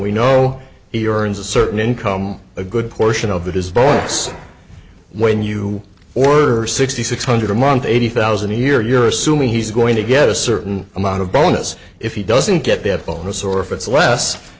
we know he earns a certain income a good portion of the divorce when you order sixty six hundred a month eighty thousand a year you're assuming he's going to get a certain amount of bonus if he doesn't get their full resource it's less